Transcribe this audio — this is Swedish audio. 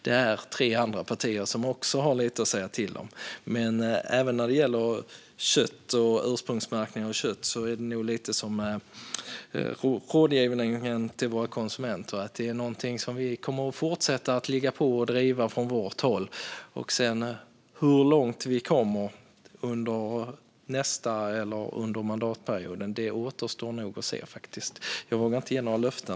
Det är tre andra partier som också har lite grann att säga till om. Men även när det gäller kött och ursprungsmärkning av kött är det nog lite grann som med rådgivningen till våra konsumenter, att det är någonting som vi kommer att fortsätta att ligga på och driva från vårt håll. Hur långt vi kommer under mandatperioden återstår nog att se. Jag vågar inte ge några löften.